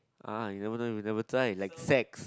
uh you never know you never try like sex